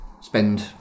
spend